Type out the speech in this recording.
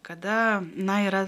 kada na yra